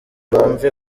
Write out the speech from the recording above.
bumve